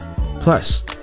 plus